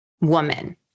woman